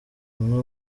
umwe